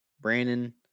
Brandon